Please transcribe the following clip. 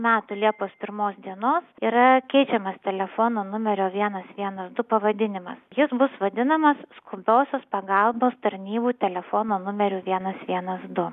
metų liepos pirmos dienos yra keičiamas telefono numerio vienas vienas du pavadinimas jis bus vadinamas skubiosios pagalbos tarnybų telefono numeriu vienas vienas du